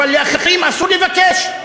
אבל לאחרים אסור לבקש?